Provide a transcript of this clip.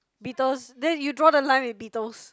beetles then you draw the line with beetles